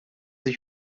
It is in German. ich